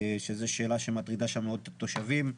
זאת שאלה שמטרידה מאוד את התושבים.